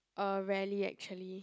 uh rarely actually